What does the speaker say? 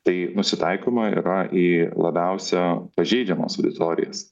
tai nusitaikoma yra į labiausia pažeidžiamas auditorijas